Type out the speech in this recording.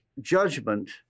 judgment